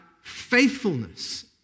faithfulness